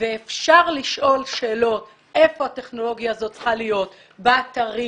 ואפשר לשאול שאלות איפה הטכנולוגיה הזאת צריכה להיות באתרים,